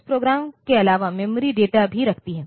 इस प्रोग्राम के अलावा मेमोरी डेटा भी रखती है